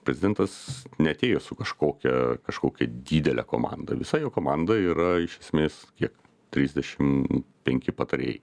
prezidentas neatėjo su kažkokia kažkokia didele komanda visa jo komanda yra iš esmės kiek trisdešimt penki patarėjai